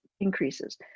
increases